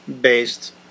based